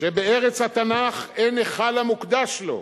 שבארץ התנ"ך אין היכל המוקדש לו.